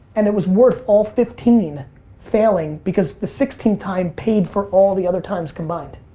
and it was worth all fifteen failing because the sixteenth time paid for all the other times combined.